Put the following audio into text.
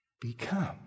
become